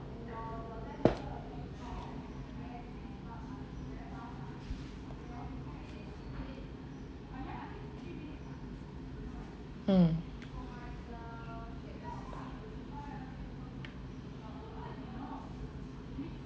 mm